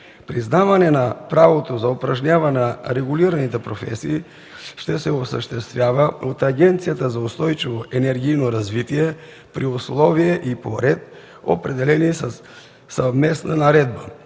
Признаване на правото за упражняване на регулираните професии ще се осъществява от Агенцията за устойчиво енергийно развитие при условия и по ред, определени със съвместна наредба,